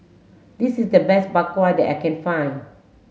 this is the best bak kwa that I can find